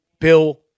Bill